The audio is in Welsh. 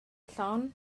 llon